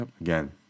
Again